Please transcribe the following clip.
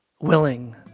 willing